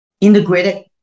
integrated